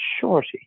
Shorty